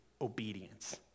obedience